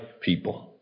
people